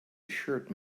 assured